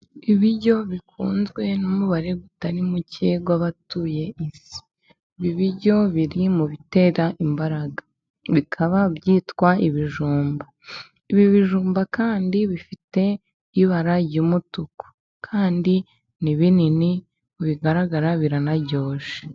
Ibiryo bikunzwe n'umubare utari muke w'abatuye isi. Ibi biryo biri mu bitera imbaraga. Bikaba byitwa ibijumba. Ibi bijumba kandi bifite ibara ry'umutuku. Kandi ni binini bigaragara, biranaryoshye.